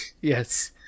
Yes